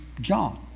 John